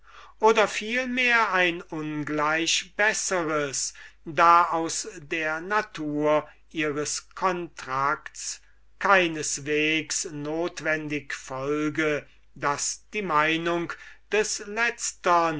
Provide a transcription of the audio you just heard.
oder vielmehr ein ungleich besseres da aus der natur ihres contracts keineswegs notwendig folge daß die meinung des letztern